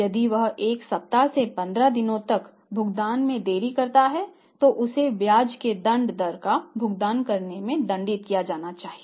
यदि वह एक सप्ताह या 15 दिनों तक भुगतान में देरी करता है तो उसे ब्याज की दंड दर का भुगतान करके दंडित किया जाना चाहिए